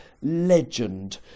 legend